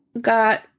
got